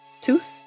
tooth